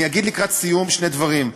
אני אגיד לקראת סיום שני דברים.